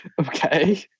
Okay